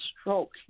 stroke